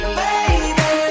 baby